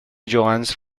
johannes